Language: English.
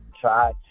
Try